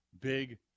Big